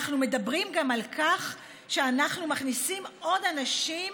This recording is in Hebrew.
אנחנו מדברים גם על כך שאנחנו מכניסים עוד אנשים